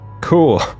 cool